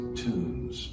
tunes